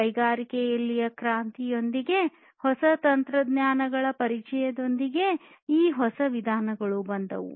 ಕೈಗಾರಿಕೆಗಳಲ್ಲಿನ ಕ್ರಾಂತಿಯೊಂದಿಗೆ ಹೊಸ ತಂತ್ರಜ್ಞಾನಗಳ ಪರಿಚಯದೊಂದಿಗೆ ಮತ್ತು ಹೊಸ ವಿಧಾನಗಳು ಬಂದವು